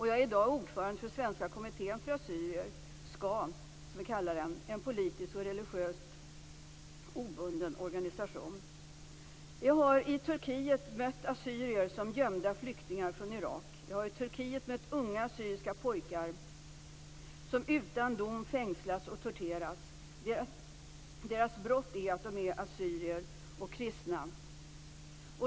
Jag är i dag ordförande i Svenska kommittén för assyrier, SKA som vi kallar den, en politiskt och religiöst obunden organisation. Jag har i Turkiet mött assyrier som gömda flyktingar från Irak. Jag har i Turkiet mött unga assyriska pojkar som utan dom fängslats och torterats. Deras brott är att de är assyrier och kristna.